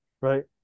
right